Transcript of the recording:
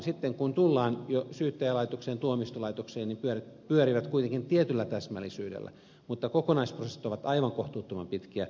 sitten kun tullaan jo syyttäjälaitokseen tuomioistuinlaitokseen niin ne pyörivät kuitenkin tietyllä täsmällisyydellä mutta kokonaisprosessit ovat aivan kohtuuttoman pitkiä